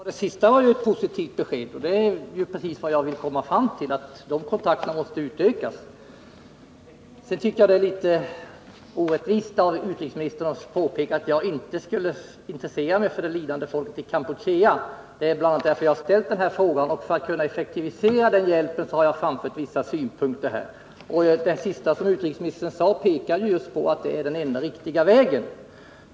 Herr talman! Det sista var ju ett positivt besked. Det är precis vad jag vill komma fram till, att dessa kontakter måste utökas. Jag tycker det är litet orättvist av utrikesministern att påstå att jag inte skulle intressera mig för det lidande folket i Kampuchea. Det är just därför att jag intresserar mig för detta folk som jag har ställt frågan, och jag har framfört vissa synpunkter på hur man skall kunna effektivisera hjälpen. Det sista som utrikesministern sade pekar också på att det är den enda riktiga vägen.